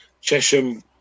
Chesham